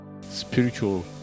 spiritual